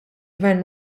gvern